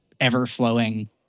ever-flowing